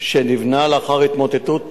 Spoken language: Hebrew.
שנבנה לאחר התמוטטות